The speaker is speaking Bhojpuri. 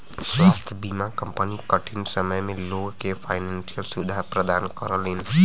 स्वास्थ्य बीमा कंपनी कठिन समय में लोग के फाइनेंशियल सुविधा प्रदान करलीन